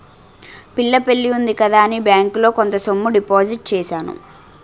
పిల్ల పెళ్లి ఉంది కదా అని బ్యాంకులో కొంత సొమ్ము డిపాజిట్ చేశాను